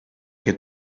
que